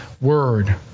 word